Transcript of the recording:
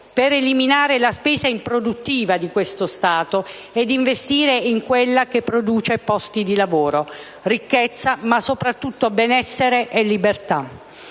per eliminare la spesa improduttiva di questo Stato ed investire in quella che produce posti di lavoro, ricchezza, ma soprattutto benessere e libertà.